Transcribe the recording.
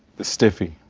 the stiffy.